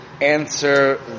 answer